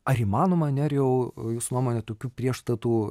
ar įmanoma nerijau jūsų nuomone tokių priešstatų